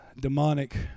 demonic